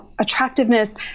attractiveness